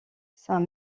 saint